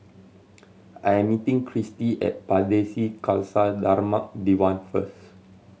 I am meeting Cristy at Pardesi Khalsa Dharmak Diwan first